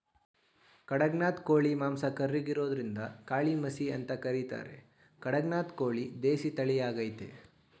ಖಡಕ್ನಾಥ್ ಕೋಳಿ ಮಾಂಸ ಕರ್ರಗಿರೋದ್ರಿಂದಕಾಳಿಮಸಿ ಅಂತ ಕರೀತಾರೆ ಕಡಕ್ನಾಥ್ ಕೋಳಿ ದೇಸಿ ತಳಿಯಾಗಯ್ತೆ